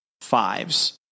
fives